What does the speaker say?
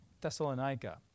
Thessalonica